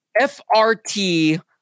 FRT